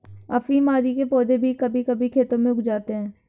अफीम आदि के पौधे भी कभी कभी खेतों में उग जाते हैं